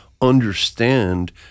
understand